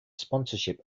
sponsorship